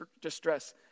distress